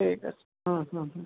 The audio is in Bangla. ঠিক আছে হুম হুম হুম